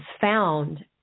found